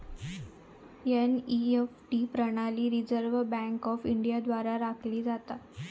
NEFT प्रणाली Reserve Bank of India द्वारा राखली जाता